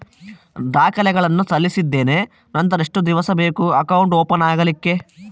ದಾಖಲೆಗಳನ್ನು ಸಲ್ಲಿಸಿದ್ದೇನೆ ನಂತರ ಎಷ್ಟು ದಿವಸ ಬೇಕು ಅಕೌಂಟ್ ಓಪನ್ ಆಗಲಿಕ್ಕೆ?